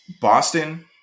Boston